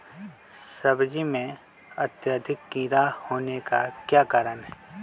सब्जी में अत्यधिक कीड़ा होने का क्या कारण हैं?